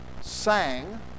sang